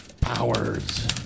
Powers